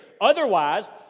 Otherwise